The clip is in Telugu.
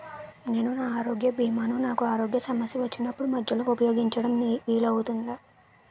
నేను నా ఆరోగ్య భీమా ను నాకు ఆరోగ్య సమస్య వచ్చినప్పుడు మధ్యలో ఉపయోగించడం వీలు అవుతుందా?